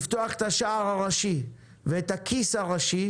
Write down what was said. לפתוח את השער הראשי ואת הכיס הראשי,